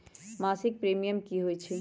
मासिक प्रीमियम की होई छई?